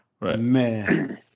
man